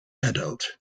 adult